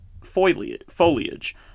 foliage